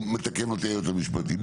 מתקן אותי היועץ משפטי.